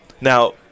Now